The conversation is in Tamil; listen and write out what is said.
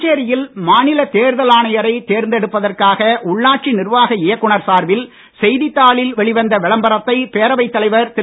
புதுச்சேரி யில் மாநில தேர்தல் அணயரைத் தேர்ந்தெடுப்பதற்காக உள்ளாட்சி நிர்வாக இயக்குனர் சார்பில் செய்தித் தாளில் வெளிவந்த விளம்பரத்தை பேரவைத் தலைவர் திரு